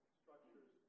structures